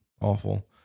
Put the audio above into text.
awful